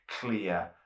clear